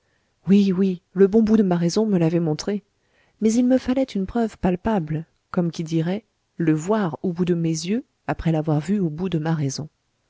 oui oui le bon bout de ma raison me l'avait montré mais il me fallait une preuve palpable comme qui dirait le voir au bout de mes yeux après l'avoir vu au bout de ma raison